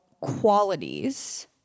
qualities